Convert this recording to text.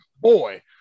Boy